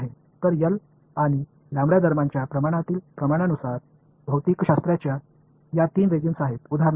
எனவே ஒப்பீட்டு விகிதத்தின் அடிப்படையில் L மற்றும் இயற்பியலின் இந்த மூன்று ரெஜிம்ஸ் நடக்கின்றன